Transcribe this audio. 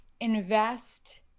invest